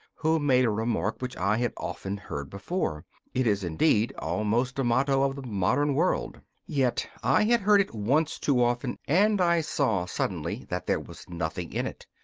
who made a remark which i had often heard before it is, indeed, almost a motto of the modern world. yet i had heard it once too often, and i saw suddenly that there was nothing in it.